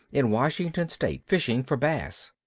in washington state, fishing for bass.